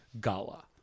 Gala